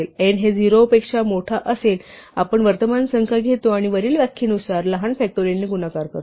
जर n हे 0 पेक्षा मोठा असेल तर आपण वर्तमान संख्या घेतो आणि वरील व्याख्येनुसार लहान फॅक्टोरियलने गुणाकार करतो